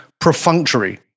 perfunctory